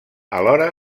alhora